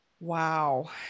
Wow